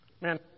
man